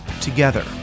together